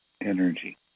energy